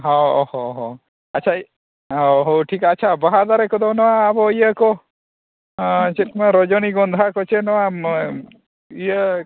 ᱦᱮᱸ ᱦᱮᱸ ᱦᱮᱸ ᱟᱪᱪᱷᱟ ᱦᱮᱸ ᱦᱮᱸ ᱟᱪᱪᱷᱟ ᱵᱟᱦᱟ ᱫᱟᱨᱮ ᱠᱚᱫᱚ ᱱᱚᱣᱟ ᱟᱵᱚ ᱤᱭᱟᱹ ᱠᱚ ᱪᱮᱫ ᱠᱚ ᱢᱮᱱᱟ ᱨᱚᱡᱚᱱᱤᱜᱚᱱᱫᱷᱟ ᱠᱚᱪᱮ ᱱᱚᱣᱟ ᱤᱭᱟᱹ